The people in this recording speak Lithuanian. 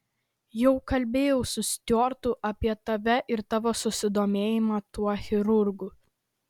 jau kalbėjau su stiuartu apie tave ir tavo susidomėjimą tuo chirurgu